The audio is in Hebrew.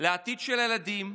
לעתיד של הילדים,